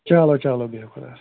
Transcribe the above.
چلو چلو بِہِو خۄدایَس حوال